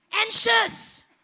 Anxious